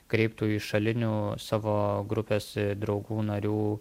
kreiptų į šalinių savo grupės draugų narių